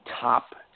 top